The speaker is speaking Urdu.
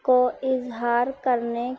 کو اظہار کرنے